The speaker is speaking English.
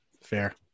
fair